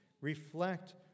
Reflect